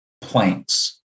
planks